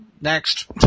Next